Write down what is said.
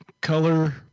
color